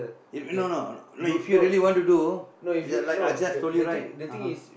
if no no like if you really want to do like I just told you right (uh huh)